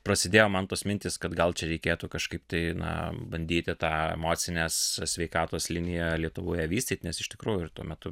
prasidėjo man tos mintys kad gal čia reikėtų kažkaip tai na bandyti tą emocinės sveikatos liniją lietuvoje vystyt nes iš tikrųjų ir tuo metu